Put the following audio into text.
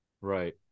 right